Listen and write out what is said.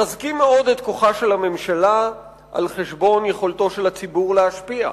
מחזקים מאוד את כוחה של הממשלה על-חשבון יכולתו של הציבור להשפיע,